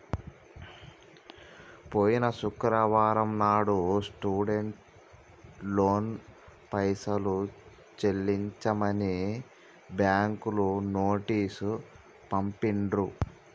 పోయిన శుక్రవారం నాడు స్టూడెంట్ లోన్ పైసలు చెల్లించమని బ్యాంకులు నోటీసు పంపిండ్రు